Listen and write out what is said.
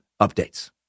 updates